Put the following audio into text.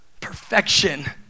Perfection